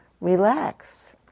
relax